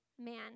man